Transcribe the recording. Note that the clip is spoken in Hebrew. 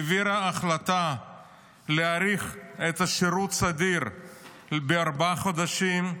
העבירה החלטה להאריך את השירות הסדיר בארבעה חודשים,